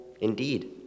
indeed